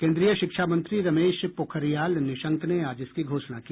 केन्द्रीय शिक्षा मंत्री रमेश पोखरियाल निशंक ने आज इसकी घोषणा की